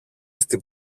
στην